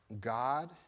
God